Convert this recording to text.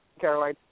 Caroline